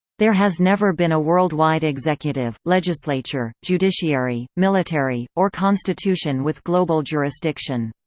there has never been a worldwide executive, legislature, judiciary, military, or constitution with global jurisdiction.